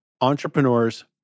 entrepreneurs